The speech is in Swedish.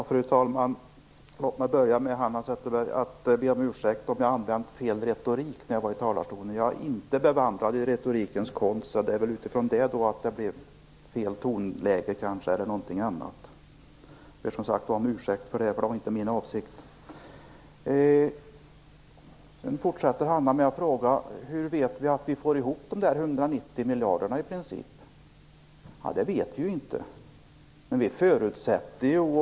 Fru talman! Låt mig börja med att be om ursäkt, Hanna Zetterberg, om jag har använt fel retorik i talarstolen. Jag är inte bevandrad i retorikens konst. Det var kanske anledningen till att det blev fel tonläge. Jag ber om ursäkt för det. Det var inte min avsikt. Sedan fortsätter Hanna Zetterberg med att fråga: Hur vet vi att vi får ihop de där 190 miljarderna? Det vet vi inte. Men vi förutsätter det.